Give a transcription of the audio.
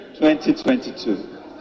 2022